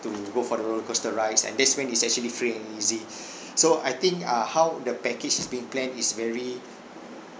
to go for the roller coaster rides and that's when it's actually free and easy so I think uh how the package is being planned is very